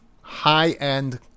high-end